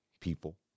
people